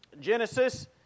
Genesis